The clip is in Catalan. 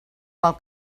pel